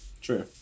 True